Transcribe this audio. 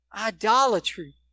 idolatry